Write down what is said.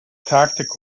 tactic